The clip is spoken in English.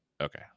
Okay